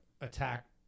attack